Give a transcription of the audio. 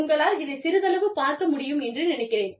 உங்களால் இதைச் சிறிதளவு பார்க்க முடியும் என்று நினைக்கிறேன்